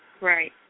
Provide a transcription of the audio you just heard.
Right